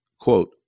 quote